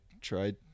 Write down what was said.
tried